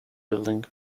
building